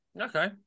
Okay